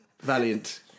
valiant